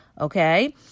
okay